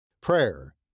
Prayer